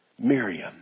Miriam